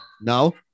No